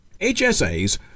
HSAs